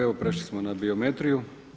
Evo prešli smo na biometriju.